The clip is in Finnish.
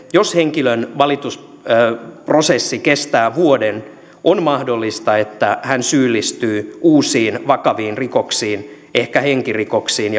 jos henkilön valitusprosessi kestää vuoden on mahdollista että hän syyllistyy uusiin vakaviin rikoksiin ehkä henkirikoksiin